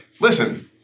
Listen